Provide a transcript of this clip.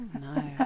No